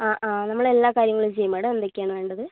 ആ ആ നമ്മളെല്ലാ കാര്യങ്ങളും ചെയ്യും മേഡം എന്തൊക്കെയാണ് വേണ്ടത്